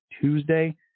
Tuesday